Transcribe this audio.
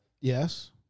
Yes